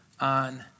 on